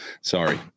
Sorry